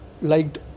liked